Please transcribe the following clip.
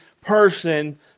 person